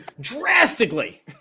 drastically